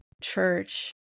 church